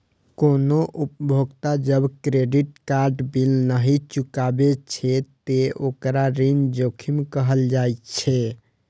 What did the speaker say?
कोनो उपभोक्ता जब क्रेडिट कार्ड बिल नहि चुकाबै छै, ते ओकरा ऋण जोखिम कहल जाइ छै